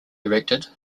erected